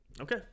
Okay